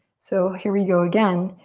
so here we go again,